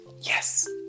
Yes